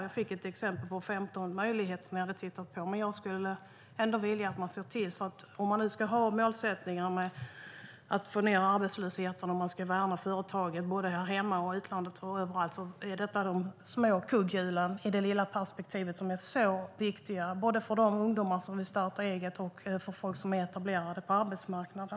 Jag fick ett exempel på 15 möjligheter som ni hade tittat på. Men om man nu har målsättningen att få ned arbetslösheten och värna företagen både här hemma och i utlandet, då är de små kugghjulen i det lilla perspektivet så viktiga både för de ungdomar som vill starta eget och för folk som är etablerade på arbetsmarknaden.